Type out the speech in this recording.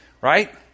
Right